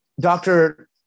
doctor